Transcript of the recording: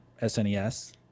SNES